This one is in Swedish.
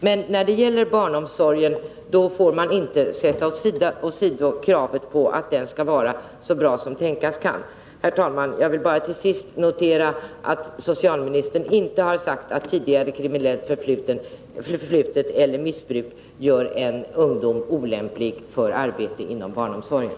Men när det gäller barnomsorgen får man inte sätta åsido kravet på att den skall vara så bra som tänkas kan. Herr talman! Jag vill bara till sist notera att socialministern inte har sagt att tidigare kriminellt förflutet eller missbruk gör en ungdom olämplig för arbete inom barnomsorgen.